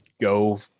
go